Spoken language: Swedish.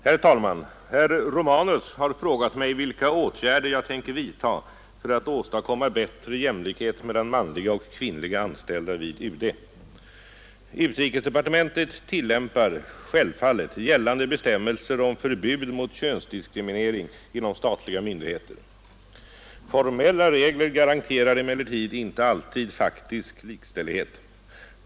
Herr talman! Herr Romanus har frågat mig vilka åtgärder jag tänker vidta för att åstadkomma bättre jämlikhet mellan manliga och kvinnliga anställda vid UD. Utrikesdepartementet tillämpar självfallet gällande bestämmelser om förbud mot könsdiskriminering inom statliga myndigheter. Formella regler garanterar emellertid inte alltid faktisk likställighet.